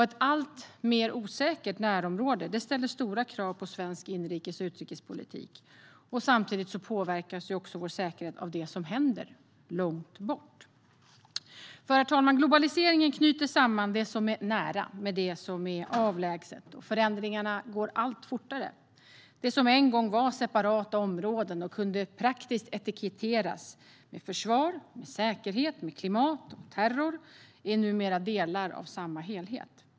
Ett alltmer osäkert närområde ställer stora krav på svensk inrikes och utrikespolitik. Samtidigt påverkas vår säkerhet också av det som händer långt borta. Globaliseringen knyter samman det som är nära med det som är avlägset, och förändringarna går allt fortare. Det som en gång var separata områden, som på ett praktiskt sätt kunde etiketteras som försvar, säkerhet, klimat och terror, är numera delar av samma helhet.